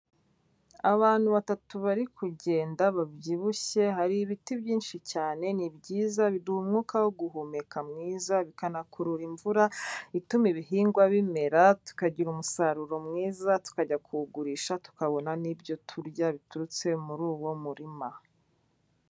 Abantu batatu bari kugenda babyibushye, hari ibiti byinshi cyane ni byiza biduha umwuka wo guhumeka mwiza, bikanakurura imvura ituma ibihingwa, bimera tukagira umusaruro mwiza tukajya kuwugurisha, tukabona n'ibyo turya biturutse muri uwo murima.